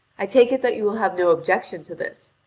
i take it that you will have no objection to this,